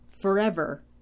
forever